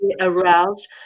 aroused